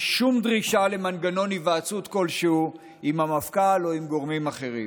שום דרישה למנגנון היוועצות כלשהו עם המפכ"ל או עם גורמים אחרים.